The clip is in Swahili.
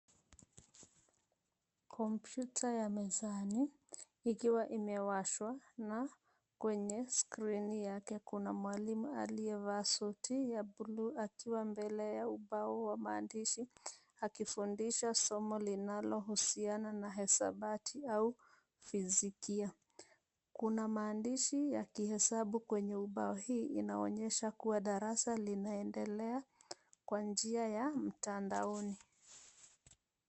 Kompyuta ya mezani ikiwa imewashwa na kwenye skrini yake kuna mwalimu aliyevaa suti ya bluu akiwa mbele ya ubao wa maandishi akifundisha somo linalohusiana na hesabati au fizikia. Kuna maandishi ya hesabu kwenye ubao hii inaonyesha kuwa darasa lime endelea kwa njia ya mtandaoni.